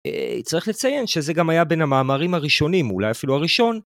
צריך לציין שזה גם היה בין המאמרים הראשונים, או אולי אפילו הראשון.